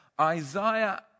Isaiah